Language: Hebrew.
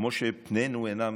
כמו שפנינו אינם